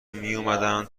میومدن